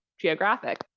Geographic